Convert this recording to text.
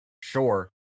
sure